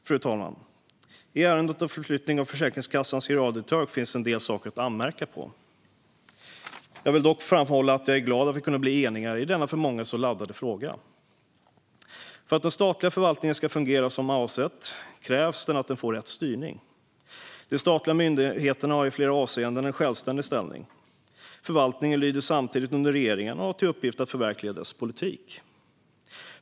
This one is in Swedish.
Fru talman! I ärendet om förflyttningen av Försäkringskassans generaldirektör finns en del saker att anmärka på. Jag vill dock framhålla att jag är glad att vi kunde bli eniga i denna för många så laddade fråga. För att den statliga förvaltningen ska fungera som avsett krävs rätt styrning. De statliga myndigheterna har i flera avseenden en självständig ställning. Förvaltningen lyder samtidigt under regeringen och har till uppgift att förverkliga dess politik.